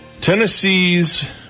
Tennessee's